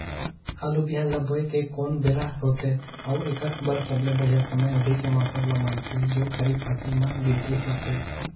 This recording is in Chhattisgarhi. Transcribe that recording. आलू बिहान ल बोये के कोन बेरा होथे अउ एकर बर सबले बढ़िया समय अभी के मौसम ल मानथें जो खरीफ फसल म गिनती होथै?